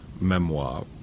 memoir